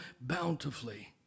bountifully